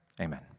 amen